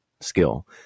skill